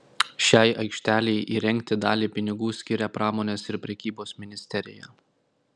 šiai aikštelei įrengti dalį pinigų skiria pramonės ir prekybos ministerija